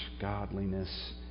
godliness